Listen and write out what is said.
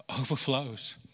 overflows